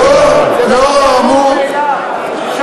יגידו שהאופוזיציה, לאור האמור, ברור מאליו.